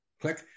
Click